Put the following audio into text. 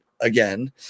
again